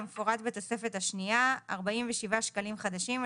במפורט בתוספת השנייה - 47 שקלים חדשים,